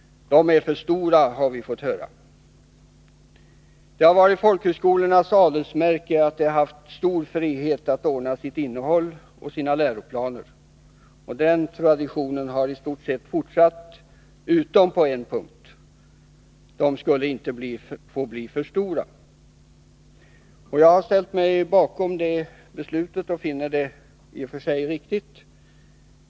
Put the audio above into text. De är för stora, har vi fått höra. Det har varit folkhögskolornas adelsmärke att de har haft stor frihet att ordna sitt innehåll och sina läroplaner. Den traditionen hari stort sett fortsatt, utom på en punkt — de skulle inte få bli för stora. Jag har ställt mig bakom det beslutet och finner det i och för sig riktigt.